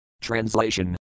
Translation